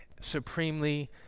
supremely